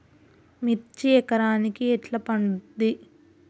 మిర్చి ఎకరానికి ఎట్లా పండుద్ధి?